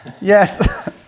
Yes